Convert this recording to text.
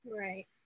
Right